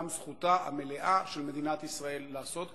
גם זכותה המלאה של מדינת ישראל לעשות כן,